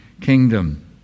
kingdom